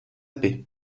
paix